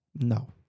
No